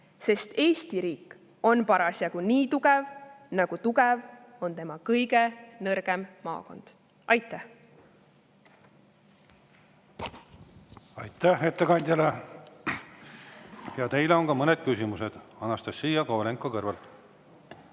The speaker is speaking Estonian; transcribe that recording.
sest Eesti riik on parasjagu nii tugev, nagu on tugev tema kõige nõrgem maakond. Aitäh! Aitäh ettekandjale! Teile on ka mõned küsimused. Anastassia Kovalenko-Kõlvart.